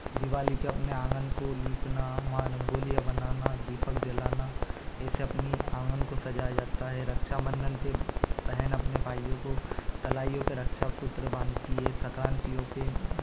दिवाली पर अपने आंगन को लीपना वहाँ रंगोलियाँ बनाना दीपक जलाना ऐसे अपने आंगन को सजाया जाता है रक्षाबंधन पर बहन अपने भाइयों की कलाइयों पर रक्षासूत्र बानती हैं संक्रांति पर